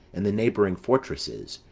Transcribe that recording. and the neighbouring fortresses,